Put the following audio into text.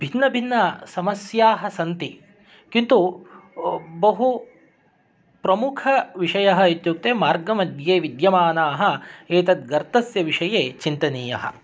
भिन्नभिन्नसमस्याः सन्ति किन्तु बहु प्रमुखविषयः इत्युक्ते मार्गमध्ये विद्यमानाः एतद्गर्तस्य विषये चिन्तनीयः